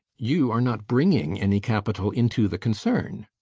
you are not bringing any capital into the concern.